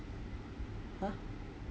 !huh!